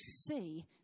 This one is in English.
see